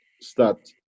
start